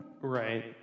right